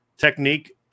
Technique